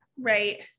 Right